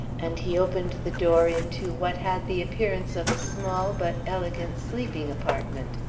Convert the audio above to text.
and he opened the door into what had the appearance of a small but elegant sleeping-apartment.